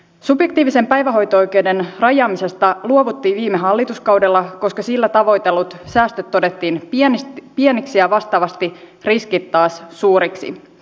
subjektiivisen päivähoito oikeuden rajaamisesta luovuttiin viime hallituskaudella koska sillä tavoitellut säästöt todettiin pieniksi ja vastaavasti riskit taas suuriksi